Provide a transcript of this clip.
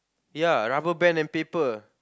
ya rubberband and paper